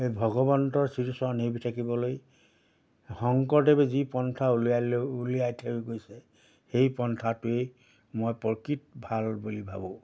এই ভগৱন্ত শ্ৰীচৰণ হেৰি থাকিবলৈ শংকৰদেৱে যি পন্থা উলিয়াই লৈ উলিয়াই থৈ গৈছে সেই পন্থাটোৱেই মই প্ৰকৃত ভাল বুলি ভাবোঁ